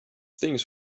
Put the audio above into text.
things